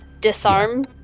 disarm